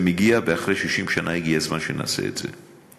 זה מגיע, ואחרי 60 שנה הגיע הזמן שנעשה את זה.